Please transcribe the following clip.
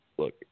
Look